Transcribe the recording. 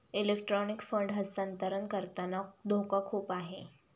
electronic fund हस्तांतरण करताना धोका खूप आहे